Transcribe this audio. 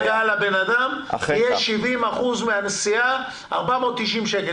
עצם ההגעה לאדם תהיה 70% מן הנסיעה 490 שקל.